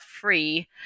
free